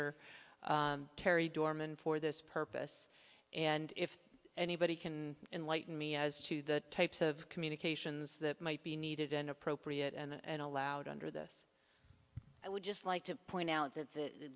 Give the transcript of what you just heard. r terry doormen for this purpose and if anybody can enlighten me as to the types of communications that might be needed in appropriate and allowed under this i would just like to point out that the